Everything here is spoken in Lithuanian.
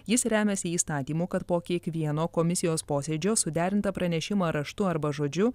jis remiasi įstatymu kad po kiekvieno komisijos posėdžio suderintą pranešimą raštu arba žodžiu